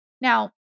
Now